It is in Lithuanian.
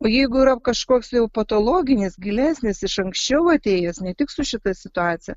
o jeigu yra kažkoks patologinis gilesnis iš anksčiau atėjęs ne tik su šita situacija